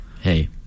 Hey